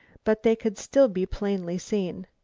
but they could still be plainly seen.